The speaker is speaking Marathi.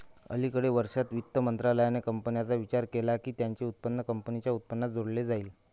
अलिकडे वर्षांत, वित्त मंत्रालयाने कंपन्यांचा विचार केला की त्यांचे उत्पन्न कंपनीच्या उत्पन्नात जोडले जाईल